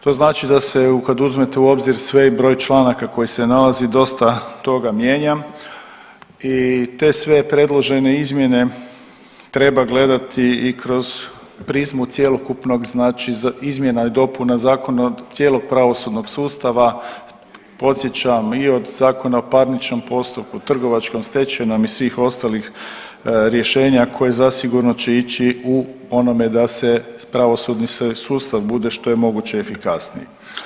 To znači da se kad uzmete u obzir sve, broj članaka koji se nalazi dosta toga mijenja i te sve predložene izmjene treba gledati i kroz prizmu cjelokupnog znači izmjena i dopuna zakona cijelog pravosudnog sustava podsjećam i od Zakona o parničnom postupku, trgovačkom, stečajnom i svih ostalih rješenja koji zasigurno će ići u onome da se pravosudni sustav bude što je moguće efikasniji.